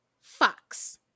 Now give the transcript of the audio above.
Fox